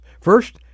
First